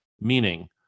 meaning